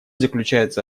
заключается